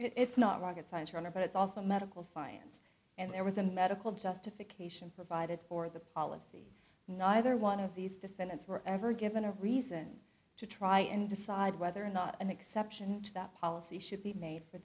it's not rocket science or honor but it's also medical science and there was a medical justification provided for the policy neither one of these defendants were ever given a reason to try and decide whether or not an exception to that policy should be made for